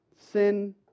Sin